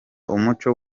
umuco